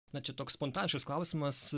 na čia toks spontaniškas klausimas